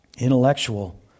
Intellectual